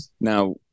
Now